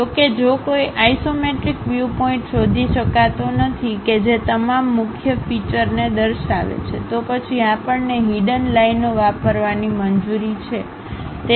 જો કે જો કોઈ ઇસોમેટ્રિક વ્યુ પોઇન્ટ શોધી શકાતો નથી કે જે તમામ મુખ્ય ફીચરને દર્શાવે છે તો પછી આપણને હિડન લાઈનો વાપરવાની મંજૂરી છે